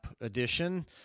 Edition